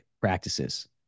practices